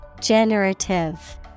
generative